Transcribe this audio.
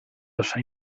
assai